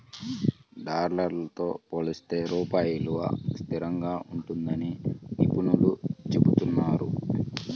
dollar తో పోలిస్తే రూపాయి విలువ స్థిరంగా ఉంటుందని నిపుణులు చెబుతున్నారు